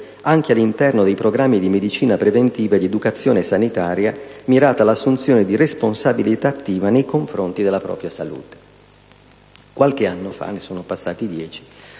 Qualche anno fa (ne sono passati dieci)